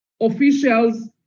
officials